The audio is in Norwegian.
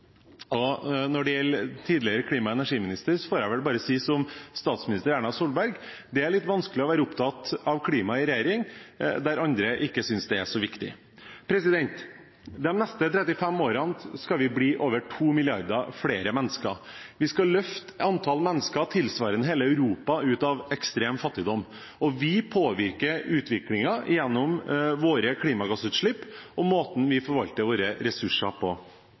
Når det gjelder den tidligere klima- og energiministeren, får jeg si som statsminister Erna Solberg: Det er litt vanskelig å være opptatt av klima i en regjering der andre ikke synes det er så viktig. De neste 35 årene skal vi bli over 2 milliarder flere mennesker. Vi skal løfte et antall mennesker tilsvarende hele Europa ut av ekstrem fattigdom. Vi påvirker utviklingen gjennom våre klimagassutslipp og måten vi forvalter våre ressurser på.